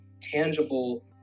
tangible